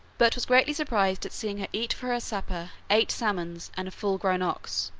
but was greatly surprised at seeing her eat for her supper eight salmons and a full grown ox,